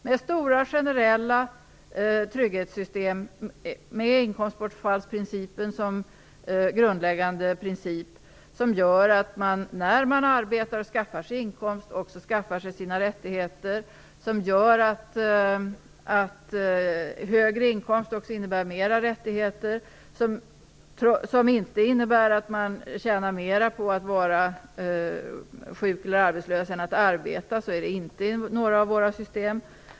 Det handlar om stora, generella trygghetssystem där inkomstbortfallsprincipen är grundläggande. Dessa system gör att man när man arbetar och skaffar sig en inkomst också skaffar sig rättigheter. De gör också att högre inkomst innebär mer rättigheter. De innebär däremot inte att man tjänar mer på att vara sjuk eller arbetslös än på att arbeta. Så är det inte i några av våra system.